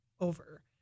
over